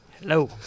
Hello